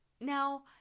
Now